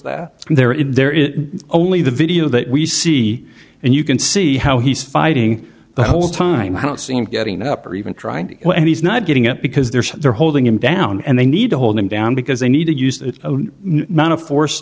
that they're in there is only the video that we see and you can see how he's fighting the whole time i don't see him getting up or even trying to and he's not getting up because there's they're holding him down and they need to hold him down because they need to use none of force